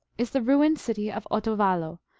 is the ruined city of otovalo,